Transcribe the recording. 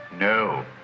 No